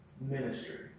ministry